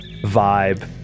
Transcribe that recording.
vibe